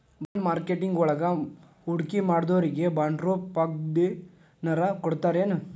Bond marketing ವಳಗ ಹೂಡ್ಕಿಮಾಡ್ದೊರಿಗೆ ಬಾಂಡ್ರೂಪ್ದಾಗೆನರ ಕೊಡ್ತರೆನು?